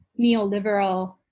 neoliberal